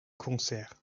cancer